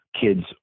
kids